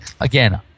Again